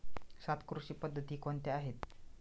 सात कृषी पद्धती कोणत्या आहेत?